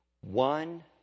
one